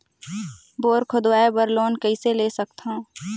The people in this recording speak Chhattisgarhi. बोर खोदवाय बर लोन कइसे ले सकथव?